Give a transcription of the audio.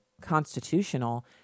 constitutional